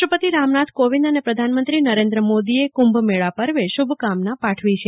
રાષ્ટ્રપતિ રામનાથ કોવિંદ અને પ્રધાનમંત્રી નરેન્દ્રમોદીએ કુંભમેળા પર્વે શુભકામના પાઠવી છે